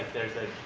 there's a,